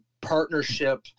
partnership